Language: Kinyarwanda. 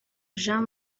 jean